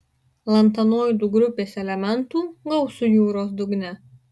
lantanoidų grupės elementų gausu jūros dugne